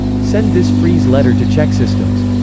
send this freeze letter to chexsystems